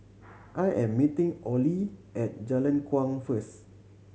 I am meeting Olie at Jalan Kuang first